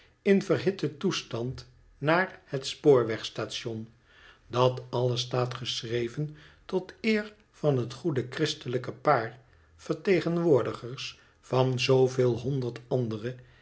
in verhitten toestand naar het spoorwegstation dat alles staat geschreven tot eer van het goede christelijke paar vertegenwoordigers van zooveel honderd andere